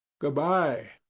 good-bye,